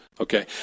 Okay